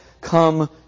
come